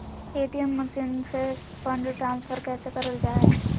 ATM machine से fund transfer कैसे करल जा है?